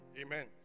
amen